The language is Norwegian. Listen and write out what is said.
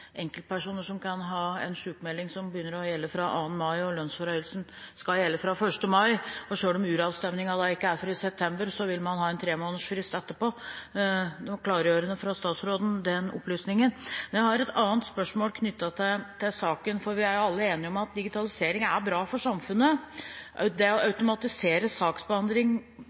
enkeltpersoner som kan ha en sykmelding som begynner å gjelde fra 2. mai, og lønnsforhøyelsen skal gjelde fra 1. mai. Selv om uravstemningen ikke er før i september, vil man ha en tremånedersfrist etterpå. Den opplysningen fra statsråden var klargjørende. Men jeg har et annet spørsmål knyttet til saken. Vi er alle enige om at digitalisering er bra for samfunnet. Det å automatisere